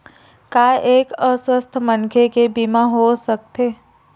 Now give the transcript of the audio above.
का एक अस्वस्थ मनखे के बीमा हो सकथे?